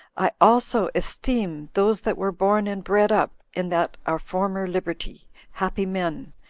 i also esteem those that were born and bred up in that our former liberty happy men,